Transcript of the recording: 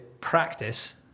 practice